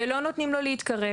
ולא נותנים לו להתקרב